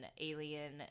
alien